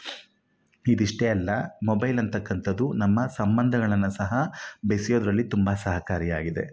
ಇದಿಷ್ಟೇ ಅಲ್ಲ ಮೊಬೈಲ್ ಅಂಥಕ್ಕಂಥದ್ದು ನಮ್ಮ ಸಂಬಂಧಗಳನ್ನ ಸಹ ಬೆಸೆಯೋದರಲ್ಲಿ ತುಂಬ ಸಹಕಾರಿ ಆಗಿದೆ